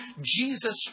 Jesus